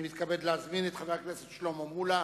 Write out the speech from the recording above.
אני מתכבד להזמין את חבר הכנסת שלמה מולה.